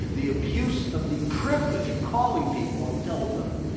the abuse of the privilege of calling people on the telephone.